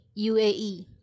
UAE